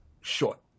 short